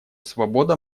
свобода